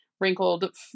wrinkled